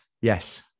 yes